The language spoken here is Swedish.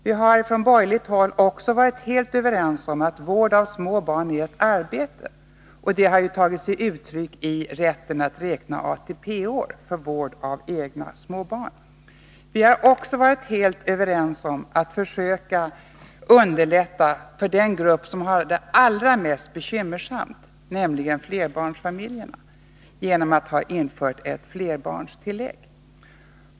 Vi har från borgerligt håll också varit helt överens om att vård av små barn är ett arbete. Det har tagit sig uttryck i rätten att räkna ATP-år för vård av egna småbarn. Vi har varit helt överens om att försöka underlätta för den grupp som har det allra mest bekymmersamt, nämligen flerbarnsfamiljerna, genom att införa ett flerbarnstillägg.